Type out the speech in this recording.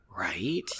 right